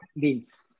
beans